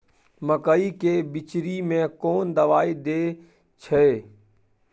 मकई के बिचरी में कोन दवाई दे छै?